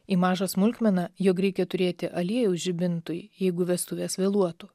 į mažą smulkmeną jog reikia turėti aliejaus žibintui jeigu vestuvės vėluotų